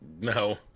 No